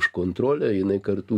už kontrolę jinai kartu